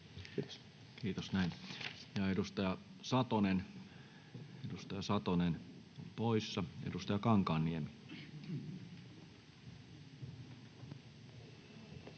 Satonen, edustaja Satonen poissa. — Edustaja Kankaanniemi.